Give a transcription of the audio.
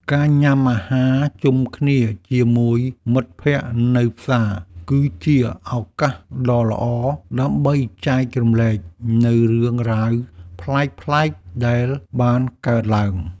ការញ៉ាំអាហារជុំគ្នាជាមួយមិត្តភក្តិនៅផ្សារ គឺជាឱកាសដ៏ល្អដើម្បីចែករំលែកនូវរឿងរ៉ាវប្លែកៗដែលបានកើតឡើង។